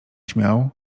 śmiał